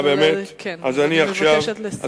אני מבקשת לסיים.